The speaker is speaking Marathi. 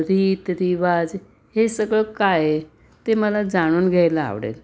रीति रिवाज हे सगळं काय आहे ते मला जाणून घ्यायला आवडेल